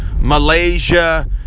Malaysia